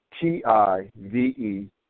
T-I-V-E